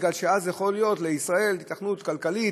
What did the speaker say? כי אז יכולה להיות לישראל היתכנות כלכלית,